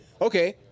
Okay